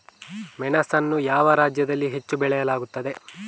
ಮೆಣಸನ್ನು ಯಾವ ರಾಜ್ಯದಲ್ಲಿ ಹೆಚ್ಚು ಬೆಳೆಯಲಾಗುತ್ತದೆ?